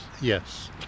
Yes